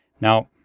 Now